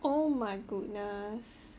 oh my goodness